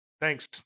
Thanks